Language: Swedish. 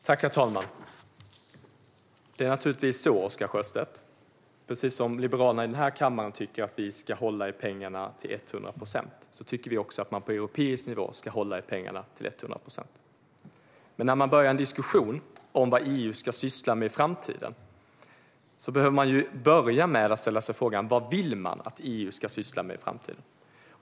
Herr talman! Det är naturligtvis så, Oscar Sjöstedt, att precis som Liberalerna i kammaren tycker att vi ska hålla i pengarna till hundra procent, tycker vi också att man på europeisk nivå ska hålla i pengarna till hundra procent. Men när man börjar en diskussion om vad EU ska syssla med i framtiden behöver man börja med att ställa sig frågan vad man vill att EU ska syssla med i framtiden.